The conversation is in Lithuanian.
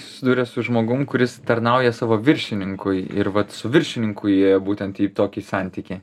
susiduria su žmogum kuris tarnauja savo viršininkui ir vat su viršininku įėjo būtent į tokį santykį